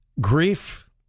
grief